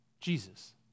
Jesus